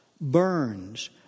burns